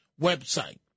website